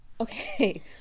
okay